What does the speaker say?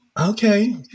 Okay